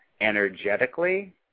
energetically